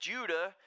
Judah